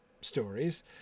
stories